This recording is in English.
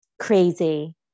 crazy